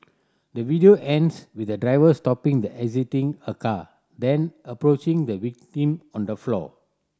the video ends with the driver stopping the exiting her car then approaching the victim on the floor